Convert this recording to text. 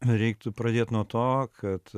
reiktų pradėt nuo to kad